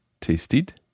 tasted